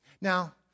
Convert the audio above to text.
Now